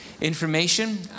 information